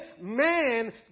man